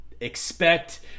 expect